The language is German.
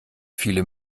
viele